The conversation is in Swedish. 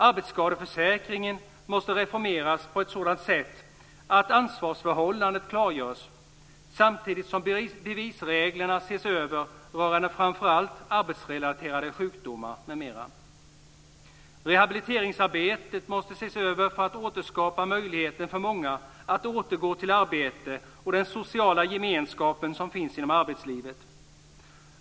Arbetsskadeförsäkringen måste reformeras på ett sådant sätt att ansvarsförhållandet klargörs, samtidigt som bevisreglerna ses över rörande framför allt arbetsrelaterade sjukdomar m.m. Rehabiliteringsarbetet måste ses över för att återskapa möjligheter för många att återgå till arbete och den sociala gemenskap som finns inom arbetslivet.